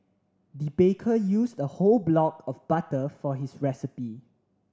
the baker used a whole block of butter for his recipe